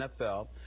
NFL